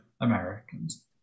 Americans